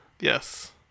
Yes